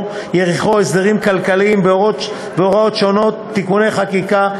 יריחו (הסדרים כלכליים והוראות שונות) (תיקוני חקיקה),